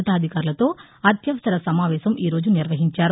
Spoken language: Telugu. ఉన్నతాధికారులతో అత్యవసర సమావేశం ఈరోజు నిర్వహించారు